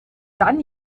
dann